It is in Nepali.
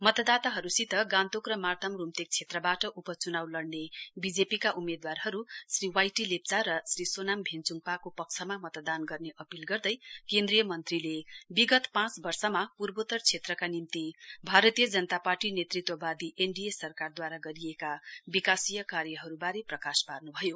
मतदाताहरूसित गान्तोक र मार्ताम रूम्तेक क्षेत्रबाट उपच्नाउ लङ्ने बिजेपि का उम्मेदवारहरू श्री वाई टी लेप्चा र श्री सोनाम भेन्च्ङपाको पक्षमा मतदान गर्ने अपील गर्दै केन्द्रीय मन्त्रीले विगत पाँच वर्षमा पूर्वोत्तर क्षेत्रका निम्ति भारतीय जनता पार्टी नेतृत्वादी एनडिए सरकारद्वारा गरिएका विकासीय कार्यहरूबारे प्रकाश पार्न्भयो